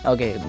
Okay